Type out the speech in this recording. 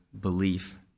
belief